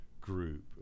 group